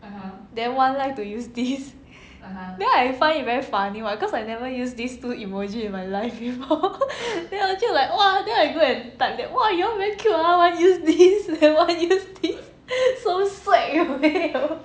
then one like to use this then I find it very funny [what] cause I never use two emoji in my life before legit like !wah! then I go and type that !wah! you all very cute ah one use this then one use this so swag 有没有